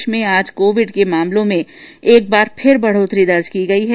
इधर प्रदेश में आज कोविड के मामलों में एक बार फिर बढ़ोतरी दर्ज की गई है